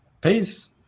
Peace